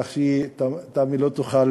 כך שתמי לא תוכל